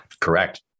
Correct